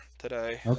today